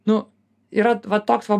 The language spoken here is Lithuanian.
nu yra va toks va